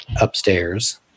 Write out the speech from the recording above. upstairs